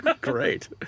great